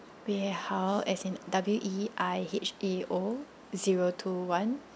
wei hao as in W E I H A O zero two one